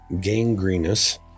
gangrenous